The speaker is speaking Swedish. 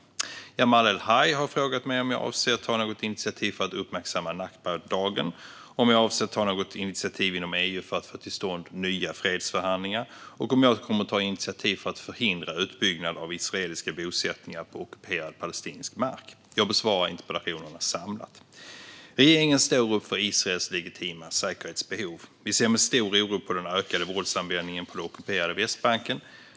Svar på interpellationer Jamal El-Haj har frågat mig om jag avser att ta något initiativ för att uppmärksamma nakbadagen, om jag avser att ta något initiativ inom EU för att få till stånd nya fredsförhandlingar och om jag kommer att ta initiativ för att förhindra utbyggnad av israeliska bosättningar på ockuperad palestinsk mark. Jag besvarar interpellationerna samlat. Regeringen står upp för Israels legitima säkerhetsbehov. Vi ser med stor oro på den ökade våldsanvändningen på det ockuperade Västbanken.